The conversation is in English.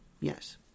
Yes